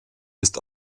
ist